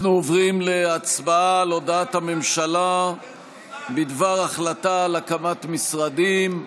אנחנו עוברים להצבעה על הודעת הממשלה בדבר החלטה על הקמת משרדים.